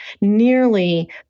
nearly